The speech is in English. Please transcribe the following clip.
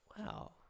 Wow